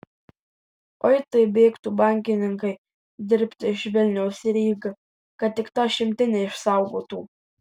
oi tai bėgtų bankininkai dirbti iš vilniaus į rygą kad tik tą šimtinę išsaugotų